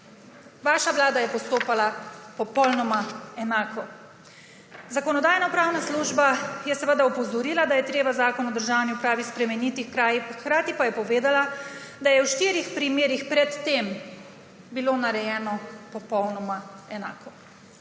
Vaša vlada je postopala popolnoma enako. Zakonodajno-pravna služba je seveda opozorila, da je treba Zakon o državni upravi spremeniti, hkrati pa je povedala, da je v štirih primerih pred tem bilo narejeno popolnoma enako.